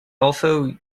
also